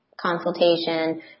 consultation